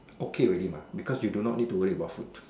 okay already mah because you do not have to worry about food